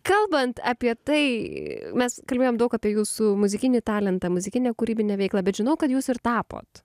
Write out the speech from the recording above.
kalbant apie tai mes kalbėjom daug apie jūsų muzikinį talentą muzikinę kūrybinę veiklą bet žinau kad jūs ir tapot